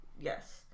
Yes